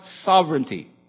sovereignty